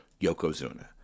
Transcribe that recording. Yokozuna